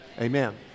Amen